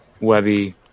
Webby